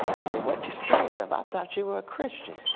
you say what you scared of? i thought you were a christian.